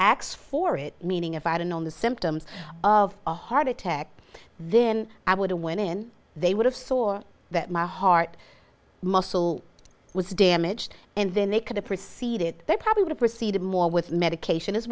x for it meaning if i hadn't known the symptoms of a heart attack then i would have went in they would have saw that my heart muscle was damaged and then they could have proceeded they probably would have receded more with medication is